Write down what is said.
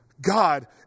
God